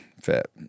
fit